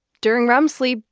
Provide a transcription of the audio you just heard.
during rem sleep,